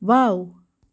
wow